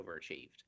overachieved